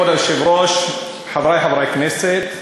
כבוד היושב-ראש, חברי חברי הכנסת,